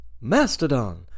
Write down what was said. Mastodon